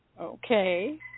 Okay